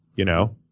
you know?